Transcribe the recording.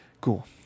Cool